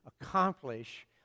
accomplish